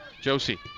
Josie